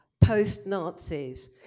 post-Nazis